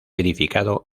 edificado